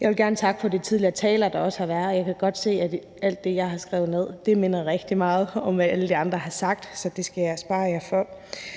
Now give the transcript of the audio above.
Jeg vil gerne takke for de tidligere taler, der også har været. Jeg kan godt se, at alt det, jeg har skrevet ned, minder rigtig meget om, hvad alle de andre har sagt, så det skal jeg spare jer for.